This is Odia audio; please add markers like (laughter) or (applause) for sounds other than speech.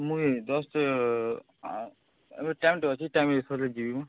ମୁଇଁ ଜଷ୍ଟ (unintelligible) ଯିମି ମୁଁ